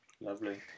Lovely